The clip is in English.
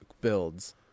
builds